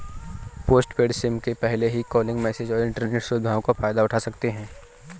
postpaid sim में पहले ही कॉलिंग, मैसेजस और इन्टरनेट सुविधाओं का फायदा उठा सकते हैं